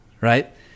right